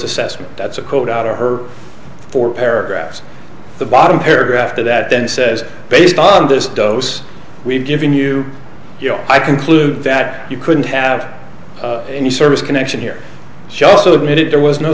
assessment that's a quote out of her four paragraphs the bottom paragraph to that then says based on this dose we've given you you know i conclude that you couldn't have any service connection here she also admitted there was no